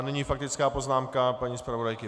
Nyní faktická poznámka paní zpravodajky.